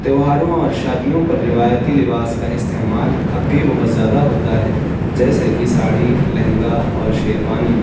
تہواروں اور شادیوں پر روایتی لباس کا استعمال اب بھی بہت زیادہ ہوتا ہے جیسے کہ ساڑی لہنگا اور شیروانی